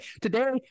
today